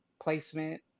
placement